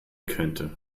könnte